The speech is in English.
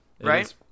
Right